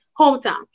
hometown